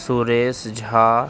Suresh Jha